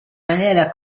maniera